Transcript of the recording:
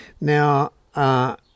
Now